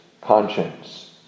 conscience